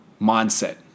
mindset